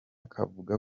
kavuga